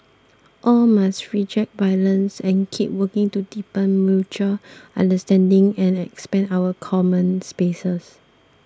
all must reject violence and keep working to deepen mutual understanding and expand our common spaces